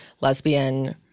lesbian